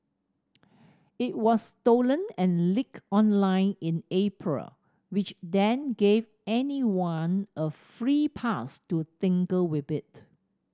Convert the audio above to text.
it was stolen and leaked online in April which then gave anyone a free pass to tinker with it